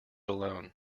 alone